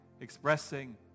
expressing